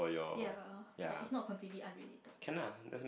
ya like it's not completely unrelated